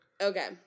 Okay